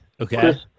Okay